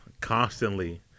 constantly